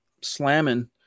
slamming